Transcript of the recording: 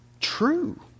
true